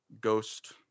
ghost